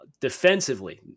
Defensively